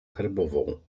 herbową